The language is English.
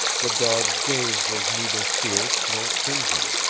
the dog's gaze was neither fierce nor cringing.